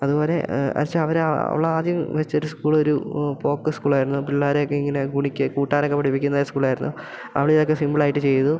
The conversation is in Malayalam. അതുപോലെ എന്നു വെച്ചാൽ അവർ ആ അവളാദ്യം വെച്ചയൊരു സ്കൂളൊരു പോക്ക് സ്കൂളായിരുന്നു പിള്ളോരെയൊക്കെ ഇങ്ങനെ ഗുണിക്കാനും കൂട്ടാനൊക്കെ പഠിപ്പിക്കുന്ന സ്കൂളായിരുന്നു അവളിതൊക്കെ സിമ്പിളായിട്ട് ചെയ്തു